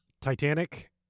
Titanic